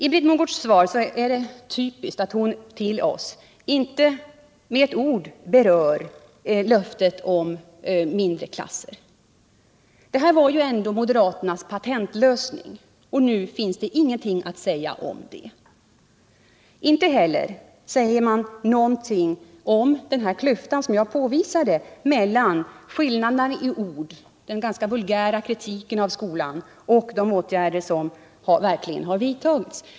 I Britt Mogårds svar är det typiskt att hon inte med ett ord berör löftet om mindre klasser. Det har ju länge varit moderaternas patentlösning, men nu harde ingenting att säga om det. Inte heller sägs någonting om den klyfta som jag påvisade mellan orden — dvs. den ganska vulgära kritiken av skolan — och de åtgärder som verkligen har vidtagits.